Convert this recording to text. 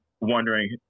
wondering